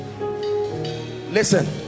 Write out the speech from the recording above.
listen